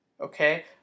Okay